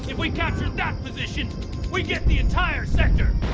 and we capture that position we get the entire sector.